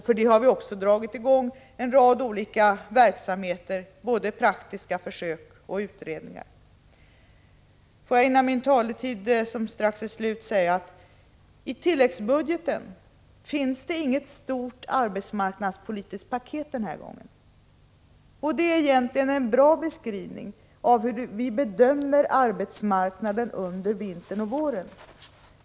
För det har vi också dragit i gång en rad olika verksamheter — både praktiska försök och utredningar. Får jag innan min taletid strax är slut säga att det i tilläggsbudgeten inte finns något stort arbetsmarknadspolitiskt paket den här gången. Det är egentligen en bra beskrivning av hur vi bedömer arbetsmarknaden under vintern och våren.